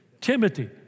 Timothy